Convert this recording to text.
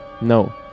no